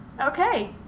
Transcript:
Okay